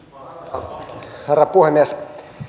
arvoisa herra puhemies